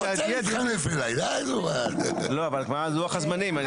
לוח הזמנים.